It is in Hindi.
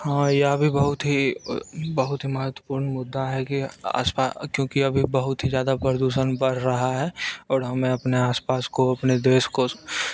हाँ यह भी बहुत ही बहुत ही महत्वपूर्ण मुद्दा है कि आस पास क्योंकि अभी बहुत ही ज़्यादा प्रदूषण बढ़ रहा है और हमें अपने आस पास को अपने देश को